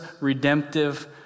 redemptive